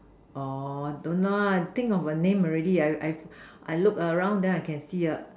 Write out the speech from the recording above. orh don't know ah I think of a name already ah I I look around then I can see what